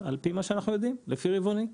על פי מה שאנחנו יודעים לפי רבעוני,